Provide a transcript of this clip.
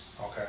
okay